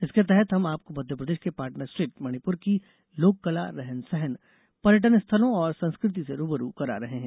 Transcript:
इसके तहत हम आपको मध्यप्रदेश के पार्टनर स्टेट मणिपूर की लोककला रहन सहन पर्यटन स्थलों और संस्कृति से रू ब रू करा रहे हैं